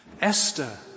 Esther